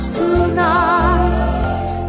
tonight